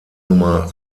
nummer